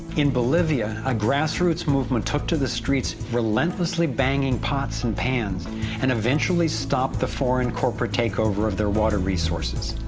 in bolivia, a grassroots movement took to the streets relentlessly banging pots and pans and eventually stopped the foreign corporate takeover of their water resources.